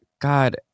god